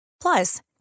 Plus